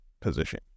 position